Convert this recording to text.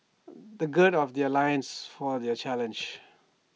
they gird of their loins for their challenge